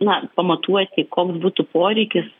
na pamatuoti koks būtų poreikis